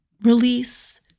release